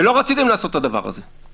ולא רציתם לעשות את הדבר הזה.